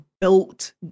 built